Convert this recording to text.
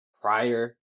prior